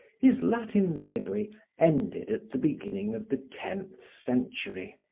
his latin library ended at the beginning of the tenth century.